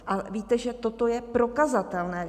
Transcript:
A víte, že toto je prokazatelné.